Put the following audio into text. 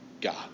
God